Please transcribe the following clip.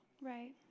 Right